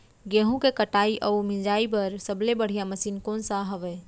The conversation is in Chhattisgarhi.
गेहूँ के कटाई अऊ मिंजाई बर सबले बढ़िया मशीन कोन सा हवये?